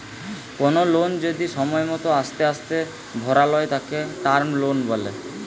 কোনো লোন যদি সময় মতো আস্তে আস্তে ভরালয় তাকে টার্ম লোন বলে